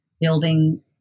building